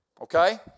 okay